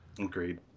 Agreed